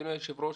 אדוני היושב-ראש,